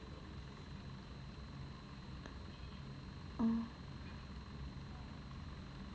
mm